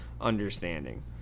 understanding